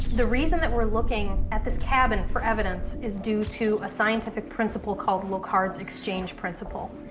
the reason that we're looking at this cabin for evidence is due to a scientific principle called locard's exchange principle.